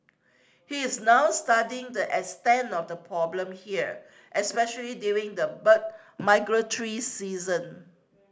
he is now studying the extent of the problem here especially during the bird migratory season